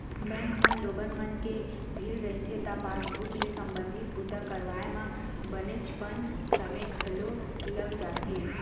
bank म लोगन मन के भीड़ रहिथे त पासबूक ले संबंधित बूता करवाए म बनेचपन समे घलो लाग जाथे